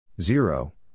Zero